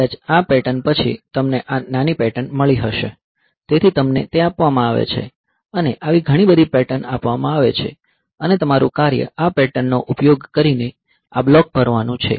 કદાચ આ પેટર્ન પછી તમને આ નાની પેટર્ન મળી હશે તેથી તમને તે આપવામાં આવે છે અને આવી ઘણીબધી પેટર્ન આપવામાં આવે છે અને તમારું કાર્ય આ પેટર્નનો ઉપયોગ કરીને આ બ્લોક ભરવાનું છે